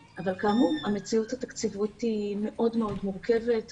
כאמור, המציאות התקציבית היא מאוד מאוד מורכבת.